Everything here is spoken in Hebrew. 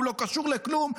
הוא לא קשור לכלום,